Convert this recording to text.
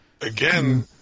again